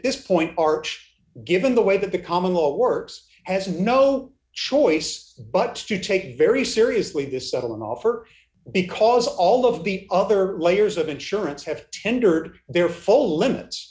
this point arch given the way that the common law works has no choice but to take very seriously this settlement offer because all of the other layers of insurance have tendered their full limits